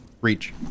Reach